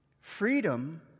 freedom